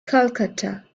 calcutta